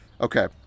okay